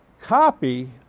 copy